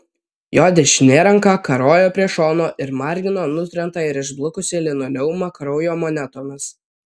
jo dešinė ranka karojo prie šono ir margino nutrintą ir išblukusį linoleumą kraujo monetomis